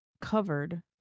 covered